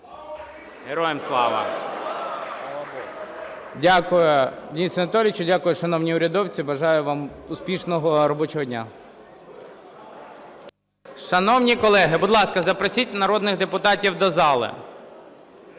Героям слава! Дякую, Денис Анатолійович. І дякую, шановні урядовці. Бажаю вам успішного робочого дня. Шановні колеги, будь ласка, запросіть народних депутатів до зали.